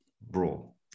brawl